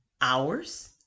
hours